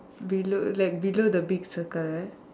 below like below the big circle right